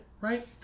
right